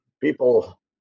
people